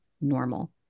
normal